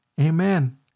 Amen